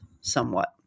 somewhat